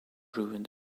ruined